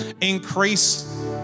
Increase